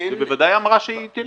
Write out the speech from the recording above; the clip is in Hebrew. בוודאי היא אמרה שהיא תלך.